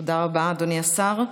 תודה רבה, אדוני השר.